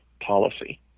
policy